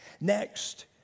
Next